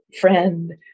friend